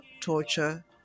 torture